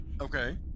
Okay